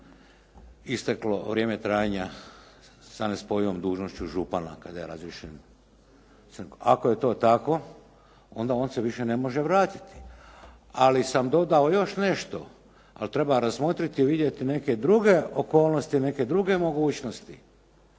isteklo vrijeme trajanja sa nespojivom dužnošću župana kada je razriješen. Ako je to tako, onda on se više ne može vratiti. Ali sam dodao još nešto, ali treba razmotriti, vidjeti neke druge okolnosti, neke druge mogućnosti.